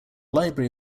library